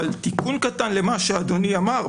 אבל תיקון קטן למה שאדוני אמר,